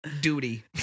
Duty